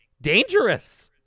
dangerous